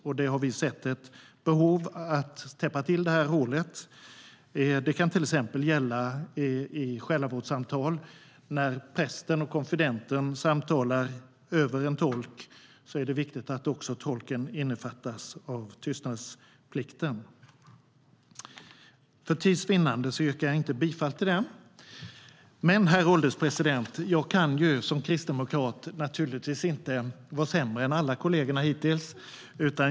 Vi har sett ett behov att täppa till det hålet. Det kan till exempel gälla i själavårdssamtal. När prästen och konfidenten samtalar via en tolk är det viktigt att också tolken innefattas av tystnadsplikten. För tids vinnande yrkar jag inte bifall till den motionen. Herr ålderspresident! Jag kan som kristdemokrat inte vara sämre än alla kollegorna hittills.